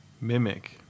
Mimic